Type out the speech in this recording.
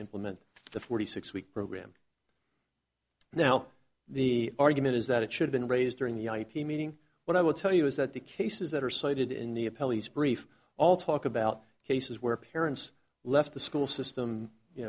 implement the forty six week program now the argument is that it should been raised during the ip meeting what i would tell you is that the cases that are cited in the a police brief all talk about cases where parents left the school system you